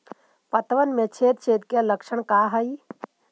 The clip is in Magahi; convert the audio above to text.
पतबन में छेद छेद के लक्षण का हइ?